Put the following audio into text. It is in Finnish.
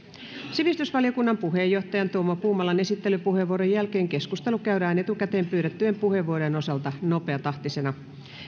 sivistysvaliokunnan puheenjohtajan tuomo puumalan esittelypuheenvuoron jälkeen keskustelu käydään etukäteen pyydettyjen puheenvuorojen osalta nopeatahtisena